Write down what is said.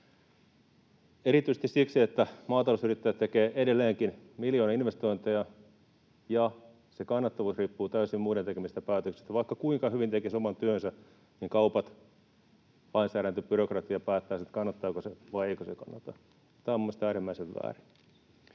Erityisesti se, että vaikka maatalousyrittäjät tekevät edelleenkin miljoonainvestointeja, se kannattavuus riippuu täysin muiden tekemistä päätöksistä — vaikka kuinka hyvin tekisi oman työnsä, niin kaupat, lainsäädäntö, byrokratia päättävät, kannattaako se vai eikö se kannata — on minusta äärimmäisen väärin.